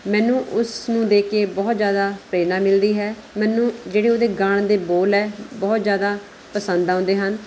ਮੈਨੂੰ ਉਸ ਨੂੰ ਦੇਖ ਕੇ ਬਹੁਤ ਜ਼ਿਆਦਾ ਪ੍ਰੇਰਨਾ ਮਿਲਦੀ ਹੈ ਮੈਨੂੰ ਜਿਹੜੇ ਉਹਦੇ ਗਾਣੇ ਦੇ ਬੋਲ ਹੈ ਬਹੁਤ ਜ਼ਿਆਦਾ ਪਸੰਦ ਆਉਂਦੇ ਹਨ